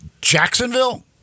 Jacksonville